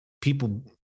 people